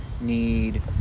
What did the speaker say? need